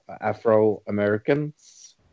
Afro-Americans